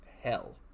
Hell